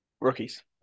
Rookies